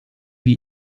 wir